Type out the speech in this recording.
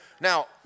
Now